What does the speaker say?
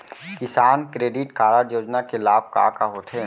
किसान credit card योजना के लाभ का का होथे?